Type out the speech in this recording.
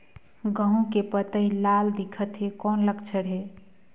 गहूं के पतई लाल दिखत हे कौन लक्षण हे?